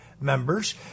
members